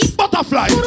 butterfly